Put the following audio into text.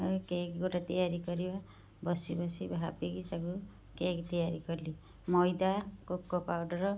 ଏହି କେକ ଗୋଟେ ତିଆରି କରିବା ବସି ବସି ଭାବିକି ତାକୁ କେକ୍ ତିଆରି କଲି ମଇଦା କୋକୋ ପାଉଡ଼ର